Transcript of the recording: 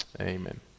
Amen